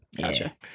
Gotcha